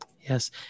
Yes